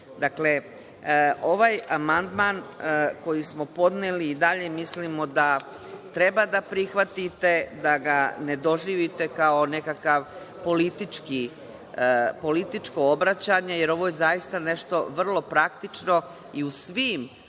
poslom? Ovaj Amandman koji smo podneli i dalje mislimo da treba da prihvatite, da ga ne doživite kao nekakvo političko obraćanje, jer ovo je zaista nešto vrlo praktično i u svim